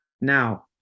Now